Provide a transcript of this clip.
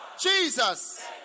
Jesus